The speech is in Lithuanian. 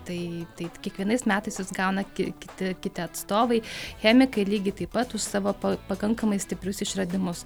tai taip kiekvienais metais vis gauna kiti kiti atstovai chemikai lygiai taip pat už savo pakankamai stiprius išradimus